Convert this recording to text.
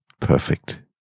Perfect